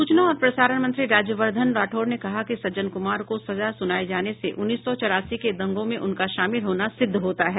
सूचना और प्रसारण मंत्री राज्यवर्द्धन राठौड़ ने कहा कि सज्जन कुमार को सजा सुनाये जाने से उन्नीस सौ चौरासी के दंगों में उनका शामिल होना सिद्ध होता है